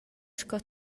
sco